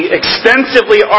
extensively